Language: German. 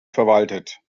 verwaltet